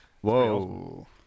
Whoa